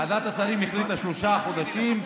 ועדת השרים החליטה שלושה חודשים,